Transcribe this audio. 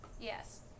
Yes